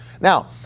Now